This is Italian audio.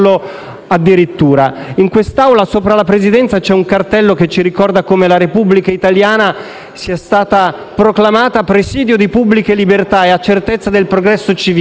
In quest'Aula, sopra la Presidenza, c'è un cartello che ci ricorda come la Repubblica italiana sia stata proclamata a presidio di pubbliche libertà e a certezza del progresso civile.